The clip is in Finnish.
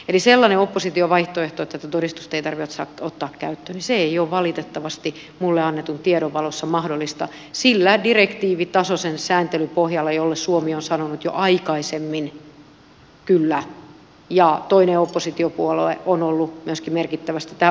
eli sellainen opposition vaihtoehto että tätä todistusta ei tarvitse ottaa käyttöön ei ole valitettavasti minulle annetun tiedon valossa mahdollista sillä direktiivitasoisen sääntelyn pohjalla jolle suomi on sanonut jo aikaisemmin kyllä ja toinen oppositiopuolue on ollut myöskin merkittävästi tähän osallistumassa